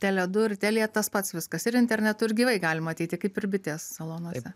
tele du ir telia tas pats viskas ir internetu ir gyvai galima ateiti kaip ir bitės salonuose